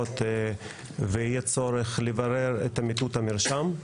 ויהיה צורך לברר את אמיתות המרשם.